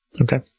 Okay